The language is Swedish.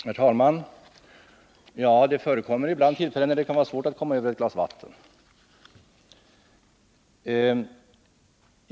Herr talman! Ja, det förekommer tillfällen då det kan vara svårt att komma över ett glas vatten.